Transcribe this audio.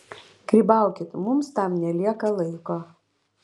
grybaukit mums tam nelieka laiko